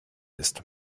ist